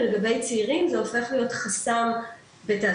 ולגבי צעירים זה הופך להיות חסם בתעסוקה,